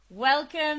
Welcome